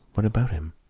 what about him?